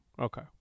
Okay